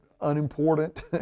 unimportant